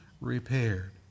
repaired